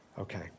Okay